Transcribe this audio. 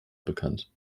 bekannt